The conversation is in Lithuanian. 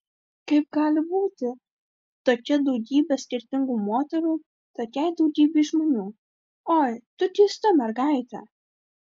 kaip gali būti tokia daugybe skirtingų moterų tokiai daugybei žmonių oi tu keista mergaite